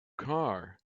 car